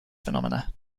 phenomena